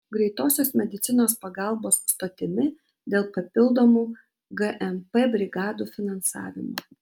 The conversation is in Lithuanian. greitosios medicinos pagalbos stotimi dėl papildomų gmp brigadų finansavimo